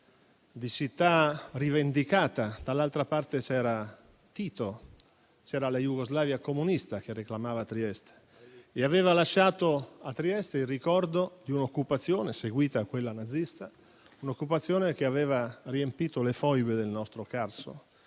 di città rivendicata. Dall'altra parte c'era Tito, c'era la Jugoslavia comunista che reclamava Trieste e aveva lasciato a Trieste il ricordo di un'occupazione, seguita a quella nazista, che aveva riempito le foibe del nostro Carso,